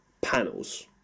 panels